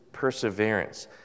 Perseverance